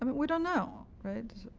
i mean we don't know, right?